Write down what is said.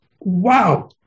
Wow